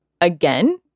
again